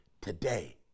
today